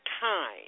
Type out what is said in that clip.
time